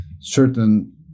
certain